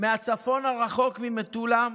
מהצפון הרחוק, ממטולה,